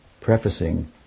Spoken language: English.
prefacing